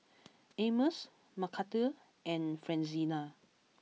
Amos Mcarthur and Francina